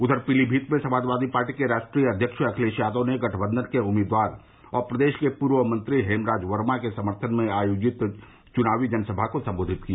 उधर पीलीमीत में समाजवादी पार्टी के राष्ट्रीय अध्यक्ष अखिलेश यादव ने गठबंधन के उम्मीदवार और प्रदेश के पूर्व मंत्री हेमराज वर्मा के समर्थन में आयोजित चुनावी जनसभा को संबोधित किया